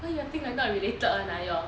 why your thing like not related [one] ah your